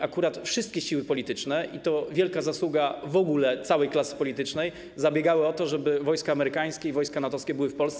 Akurat wszystkie siły polityczne - i to wielka zasługa w ogóle całej klasy politycznej - zabiegały o to, żeby wojska amerykańskie i wojska NATO-wskie były w Polsce.